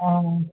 অঁ